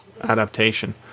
adaptation